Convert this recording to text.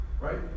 right